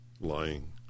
lying